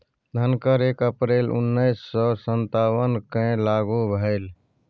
धन कर एक अप्रैल उन्नैस सौ सत्तावनकेँ लागू भेल